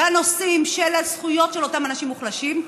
בנושאים של הזכויות של אותם אנשים מוחלשים.